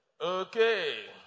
Okay